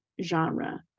Genre